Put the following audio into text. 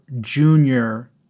junior